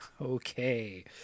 Okay